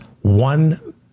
one